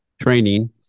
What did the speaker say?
training